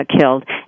killed